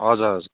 हजुर